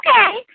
Okay